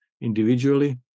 individually